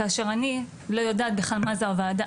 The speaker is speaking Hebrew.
כאשר אני לא יודעת בכלל מה זה הוועדה,